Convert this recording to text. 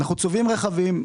אנחנו צובעים רכבים.